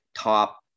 top